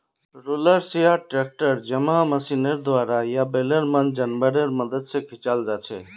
rollers या त tractor जैमहँ मशीनेर द्वारा या बैलेर मन जानवरेर मदद से खींचाल जाछे